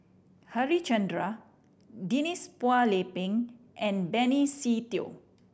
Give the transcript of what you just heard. Harichandra Denise Phua Lay Peng and Benny Se Teo